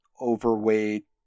overweight